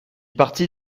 partit